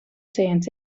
tnt